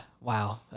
wow